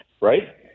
right